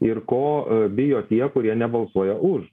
ir ko bijo tie kurie nebalsuoja už